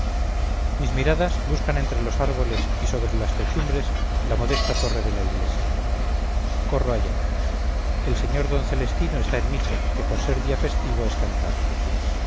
mis miradas buscan entre los árboles y sobre las techumbres la modesta torre de la iglesia corro allá el sr d celestino está en la misa que por ser día festivo es cantada